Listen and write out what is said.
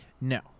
No